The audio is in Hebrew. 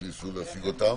שמנסים להשיג אותם.